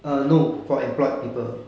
err no for employed people